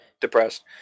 depressed